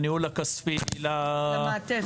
הניהול הכספי --- המעטפת.